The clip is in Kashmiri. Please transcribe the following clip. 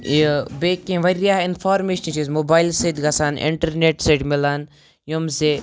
یہِ بیٚیہِ کینٛہہ واریاہ اِنفارمیشنہٕ چھِ أسۍ موبایلہٕ سۭتۍ گژھان اِنٹرنٮ۪ٹ سۭتۍ مِلان یِم زِ